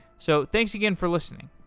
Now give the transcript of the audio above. so thanks again for listening